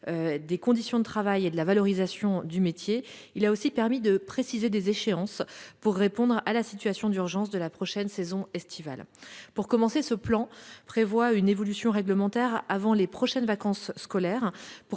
des conditions de travail et de la valorisation du métier. Il a aussi permis de préciser les échéances pour répondre à la situation d'urgence de la prochaine saison estivale. Ce plan prévoit une évolution réglementaire avant les prochaines vacances scolaires pour